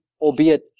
albeit